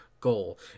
goal